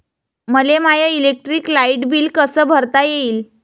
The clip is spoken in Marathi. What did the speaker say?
मले माय इलेक्ट्रिक लाईट बिल कस भरता येईल?